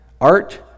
art